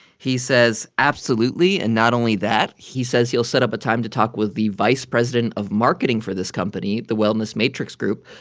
he says, absolutely. and not only that, he says he'll set up a time to talk with the vice president of marketing for this company, the wellness matrix group,